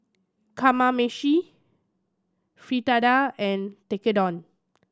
Kamameshi Fritada and Tekkadon